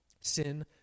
Sin